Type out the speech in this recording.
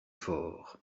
fort